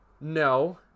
no